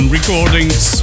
Recordings